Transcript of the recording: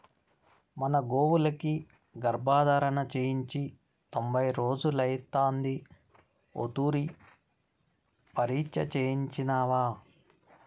మన గోవులకి గర్భధారణ చేయించి తొంభై రోజులైతాంది ఓ తూరి పరీచ్ఛ చేయించినావా